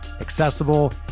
accessible